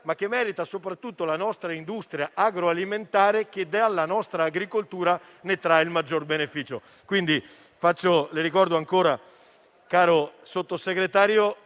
ma che merita soprattutto la nostra industria agroalimentare che dalla nostra agricoltura trae il maggior beneficio.